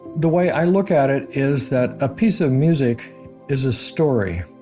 the way i look at it is that a piece of music is a story.